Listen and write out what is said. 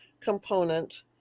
component